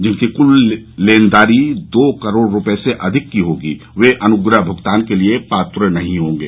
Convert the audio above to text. जिनकी कुल लेनदारी दो करोड़ रुपये से अधिक की होगी वे अनुग्रह भुगतान के लिए पात्र नहीं होंगे